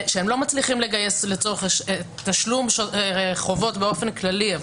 הם לא מצליחים לגייס לצורך תשלום חובות באופן כללי אבל